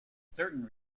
certain